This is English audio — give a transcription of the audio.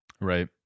Right